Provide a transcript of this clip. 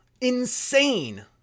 insane